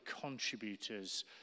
contributors